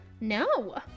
no